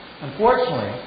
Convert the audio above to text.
Unfortunately